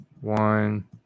one